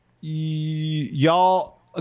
Y'all